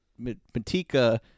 Matika